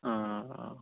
ओह